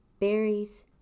berries